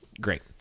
great